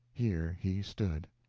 here he stood.